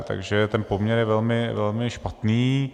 Takže ten poměr je velmi, velmi špatný.